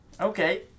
Okay